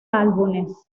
álbumes